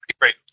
great